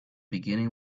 beginning